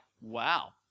wow